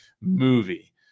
movie